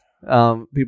people